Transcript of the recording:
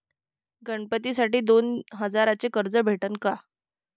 गणपतीसाठी दोन हजाराचे कर्ज भेटन का?